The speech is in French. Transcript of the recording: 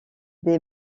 des